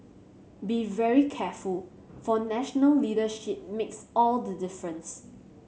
be very careful for national leadership makes all the difference